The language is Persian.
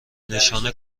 نشان